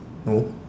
no